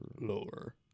lower